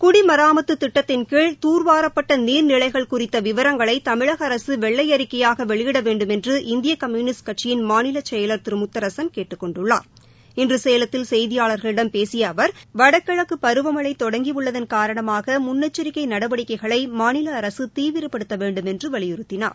குடிமராமத்து திட்டத்தின் கீழ் தூர்வாரப்பட்ட நீர்நிலைகள் குறித்த விவரங்களை தமிழக அரசு வெள்ளை அறிக்கையாக வெளியிட வேண்டும் என்று இந்திய கம்யூனிஸ்ட் கட்சியின் மாநில செயலர் திரு முத்தரசன் கேட்டுக் கொண்டுள்ளார் இன்று சேலத்தில் செய்தியாளர்களிடம் பேசிய அவர் வடகிழக்கு பருவமழை தொடங்கியுள்ளதன் காரணமாக முன்னெச்சரிக்கை நடவடிக்கைகளை மாநில அரசு தீவிரப்படுத்த வேண்டும் என்று வலியுறுத்தினார்